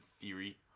theory